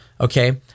okay